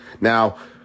Now